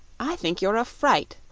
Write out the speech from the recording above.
i think you're a fright,